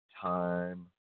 time